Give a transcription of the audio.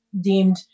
deemed